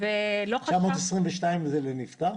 האם 922 זה לנפטר?